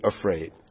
afraid